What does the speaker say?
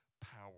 power